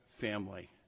family